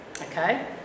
Okay